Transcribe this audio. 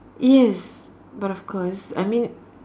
yes but of course I mean